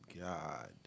God